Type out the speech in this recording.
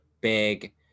big